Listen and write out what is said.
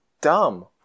dumb